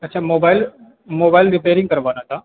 अच्छा mobile mobile repairing करवाना था